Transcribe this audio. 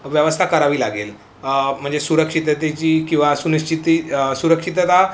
व्यवस्था करावी लागेल म म्हणजे सुरक्षिततेची किंवा सुनिश्चिती सुरक्षितता